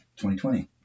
2020